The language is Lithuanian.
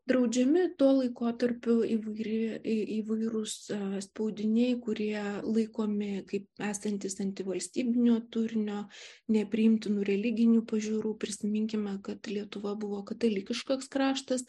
draudžiami tuo laikotarpiu įvairi įvairūs spaudiniai kurie laikomi kaip esantys antivalstybinio turinio nepriimtinų religinių pažiūrų prisiminkime kad lietuva buvo katalikiškas kraštas